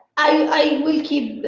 i will keep,